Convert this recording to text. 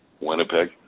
Winnipeg